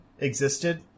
existed